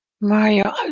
Mario